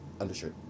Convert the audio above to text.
undershirt